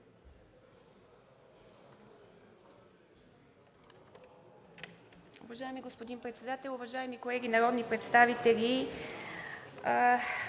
Уважаеми господин Председател, уважаеми колеги народни представители!